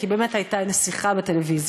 היא באמת הייתה נסיכה בטלוויזיה.